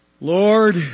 Lord